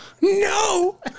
No